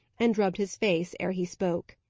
and rubbed his face, ere he spoke.